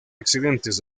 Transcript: accidentes